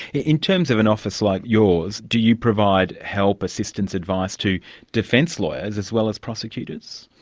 in terms of an office like yours, do you provide help, assistance, advice to defence lawyers as well as prosecutors?